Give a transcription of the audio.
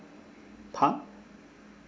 park